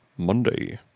Monday